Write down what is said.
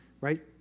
right